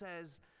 says